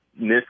miss